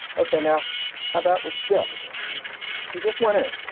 ok, now how that was just he just went in.